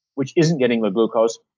which isn't getting the glucose,